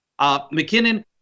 McKinnon